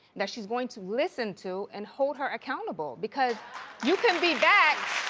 that she is going to listen to and hold her accountable. because you can be back,